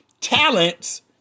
talents